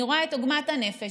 אני רואה את עוגמת הנפש,